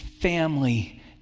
family